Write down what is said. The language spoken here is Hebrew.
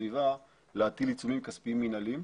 הסביבה להטיל עיצומים כספיים מנהליים,